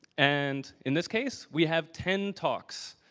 and, in this case, we have ten talks.